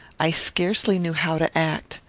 i scarcely knew how to act.